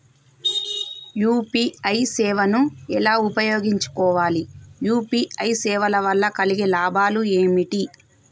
UPI సేవను ఎలా ఉపయోగించు కోవాలి? యూ.పీ.ఐ సేవల వల్ల కలిగే లాభాలు ఏమిటి?